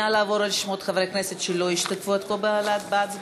נא לעבור לרשימת חברי הכנסת שלא השתתפו עד כה בהצבעה.